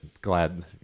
glad